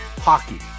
hockey